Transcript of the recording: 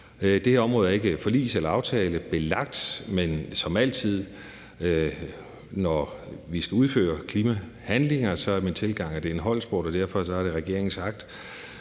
Det område er ikke forligs- eller aftalebelagt, men som altid, når vi skal udføre klimahandlinger, er min tilgang, at det er en holdsport, og derfor er det regeringens agt,